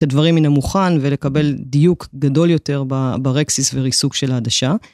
את הדברים מן המוכן ולקבל דיוק גדול יותר ברקסיס וריסוק של העדשה.